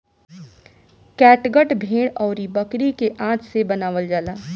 catgut भेड़ अउरी बकरी के आंत से बनावल जाला